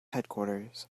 headquarters